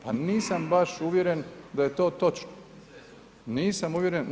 Pa nisam baš uvjeren da je to točno, nisam uvjeren.